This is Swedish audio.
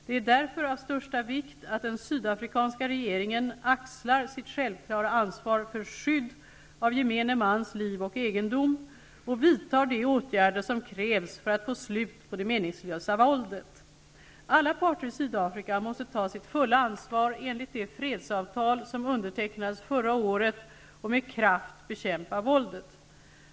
Det är därför av största vikt att den sydafrikanska regeringen axlar sitt självklara ansvar för skydd av gemene mans liv och egendom och vidtar de åtgärder som krävs för att få slut på det meningslösa våldet. Alla parter i Sydafrika måste ta sitt fulla ansvar enligt det fredsavtal som undertecknades förra året och med kraft bekämpa våldet.